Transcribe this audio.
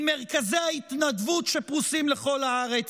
ממרכזי ההתנדבות שפרוסים לכל הארץ,